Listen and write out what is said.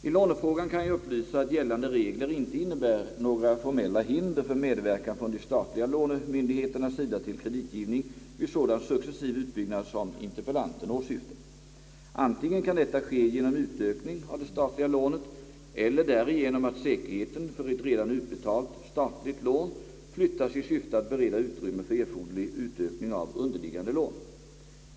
I lånefrågan kan jag upplysa att gällande regler inte innebär några formella hinder för medverkan från de statliga lånemyndigheternas sida till kreditgivning vid sådan successiv utbyggnad som interpellanten åsyftar. Antingen kan detta ske genom utökning av det statliga lånet eller därigenom att säkerheten för ett redan utbetalt statligt lån flyttas i syfte att bereda utrymme för erforderlig utökning av underliggande lån.